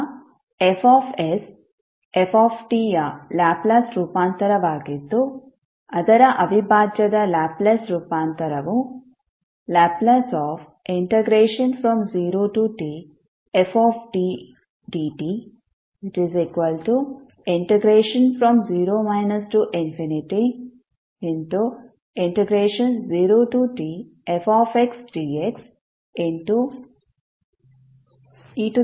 ಈಗ F f ಯ Laplace ರೂಪಾಂತರವಾಗಿದ್ದು ಅದರ ಅವಿಭಾಜ್ಯದ ಲ್ಯಾಪ್ಲೇಸ್ ರೂಪಾಂತರವು L0tftdt0 0tfxdxe stdt ಆಗಿರುತ್ತದೆ